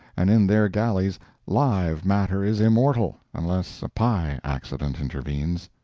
and in their galleys live matter is immortal, unless a pi accident intervenes.